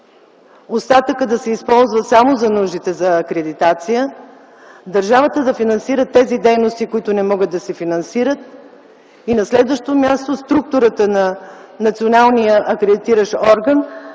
остатъкът да се използва само за нуждите за акредитация, държавата да финансира тези дейности, които не могат да се финансират, и на следващо място – структурата на националния акредитиращ орган